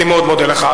אני מאוד מודה לך.